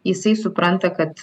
jisai supranta kad